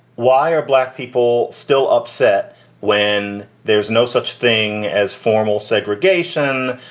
why are black people still upset when there's no such thing as formal segregation,